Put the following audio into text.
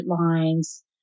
lines